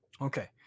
Okay